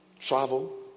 travel